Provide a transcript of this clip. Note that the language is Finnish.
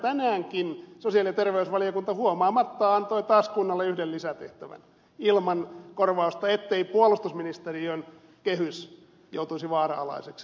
tänäänkin sosiaali ja terveysvaliokunta huomaamattaan antoi taas kunnille yhden lisätehtävän ilman korvausta ettei puolustusministeriön kehys joutuisi vaaranalaiseksi